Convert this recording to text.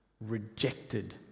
rejected